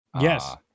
Yes